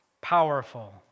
powerful